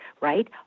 right